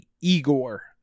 Igor